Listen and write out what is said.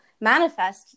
manifest